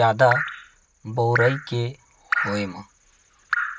जादा बउरई के होय म